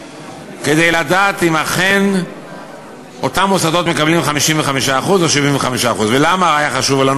כדי לדעת אם אכן אותם מוסדות מקבלים 55% או 75%. ולמה היה חשוב לנו?